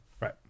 Right